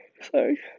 sorry